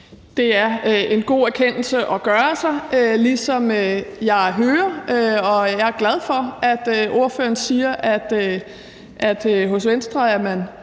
Det er en god erkendelse at gøre sig, ligesom jeg hører og er glad for, at ordføreren siger, at man hos Venstre er